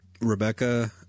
Rebecca